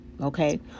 Okay